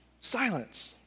Silence